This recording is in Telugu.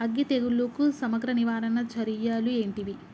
అగ్గి తెగులుకు సమగ్ర నివారణ చర్యలు ఏంటివి?